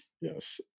Yes